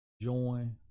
join